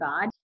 God